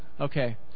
Okay